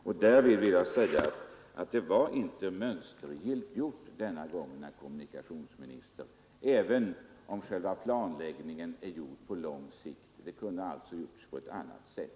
SJ:s uppträdande var inte mönstergillt denna gång, herr kommunikationsminister, även om själva planläggningen är gjord på lång sikt — den kunde ha gjorts på annat sätt.